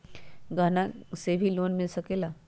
गहना से भी लोने मिल सकेला?